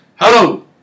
hello